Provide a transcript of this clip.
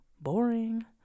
boring